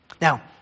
Now